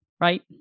right